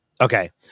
Okay